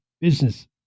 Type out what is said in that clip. business